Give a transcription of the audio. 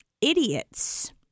idiots